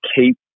keep